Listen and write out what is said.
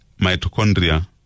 mitochondria